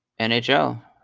nhl